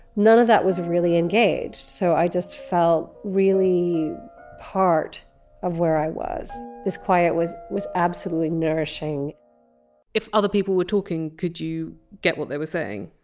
none of that was really engaged, so i just felt really part of where i was. this quiet was was absolutely nourishing if other people were talking, could you get what they were saying?